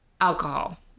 alcohol